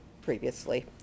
previously